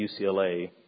UCLA